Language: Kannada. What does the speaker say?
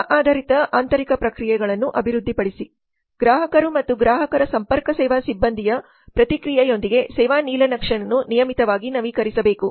ಸೇವಾ ಆಧಾರಿತ ಆಂತರಿಕ ಪ್ರಕ್ರಿಯೆಗಳನ್ನು ಅಭಿವೃದ್ಧಿಪಡಿಸಿ ಗ್ರಾಹಕರು ಮತ್ತು ಗ್ರಾಹಕರ ಸಂಪರ್ಕ ಸೇವಾ ಸಿಬ್ಬಂದಿಯ ಪ್ರತಿಕ್ರಿಯೆಯೊಂದಿಗೆ ಸೇವಾ ನೀಲನಕ್ಷೆಯನ್ನು ನಿಯಮಿತವಾಗಿ ನವೀಕರಿಸಬೇಕು